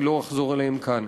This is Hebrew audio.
אני לא אחזור עליהם כאן.